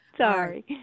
sorry